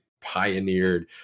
pioneered